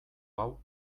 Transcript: hau